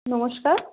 নমস্কার